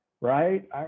Right